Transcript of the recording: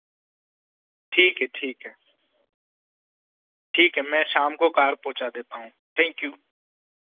ठीक है ठीक है ठीक है मैं शाम को कार पहुँचा देता हूँ थैंक यू